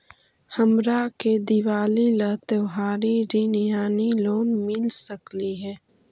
हमरा के दिवाली ला त्योहारी ऋण यानी लोन मिल सकली हे?